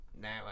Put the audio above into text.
Now